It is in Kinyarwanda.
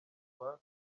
rwa